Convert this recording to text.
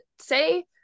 say